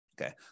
Okay